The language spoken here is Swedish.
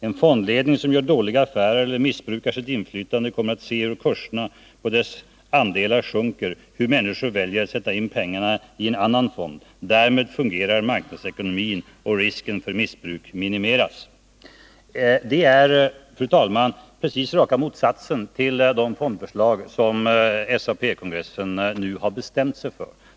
En fondledning som gör dåliga affärer eller missbrukar sitt inflytande kommer att se hur kurserna på dess andelar sjunker, hur människor väljer att sätta in sina pengar i en annan fond. Därmed fungerar marknadsekonomin och risken för maktmissbruk minimeras.” Detär, fru talman, raka motsatsen till de fondförslag som SAP-kongressen nu har bestämt sig för.